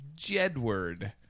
Jedward